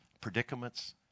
predicaments